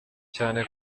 cyane